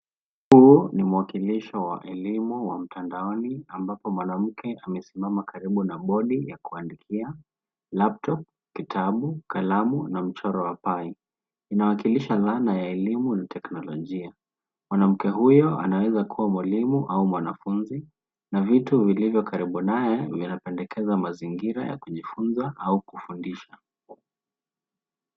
Huu ni mwakilisho wa elimu wa mtandaoni ambapo mwanamke amesimama karibu na bodi ya kuandikia, laptop, kitabu, kalamu na mchoro wa pi. Inawakilisha dhana ya elimu na teknolojia. Mwanamke huyo anaweza kuwa mwalimu au mwanafunzi, na vitu vilivyo karibu naye yanapendekeza mazingira ya kufunza au kufundisha.